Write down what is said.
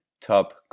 top